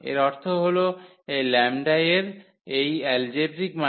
এর অর্থ হল এই λ1 এর এই এলজেব্রিক মাল্টিপ্লিসিটি হল 3